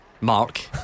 Mark